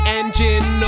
engine